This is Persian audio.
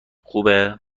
خوبه